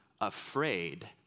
afraid